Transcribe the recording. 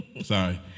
Sorry